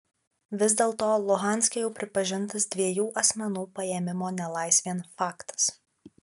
vis dėlto luhanske jau pripažintas dviejų asmenų paėmimo nelaisvėn faktas